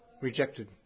rejected